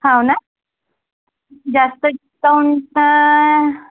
हो ना जास्त कोणतं